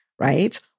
right